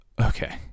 okay